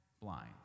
blind